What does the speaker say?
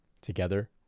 Together